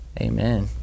Amen